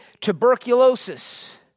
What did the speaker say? tuberculosis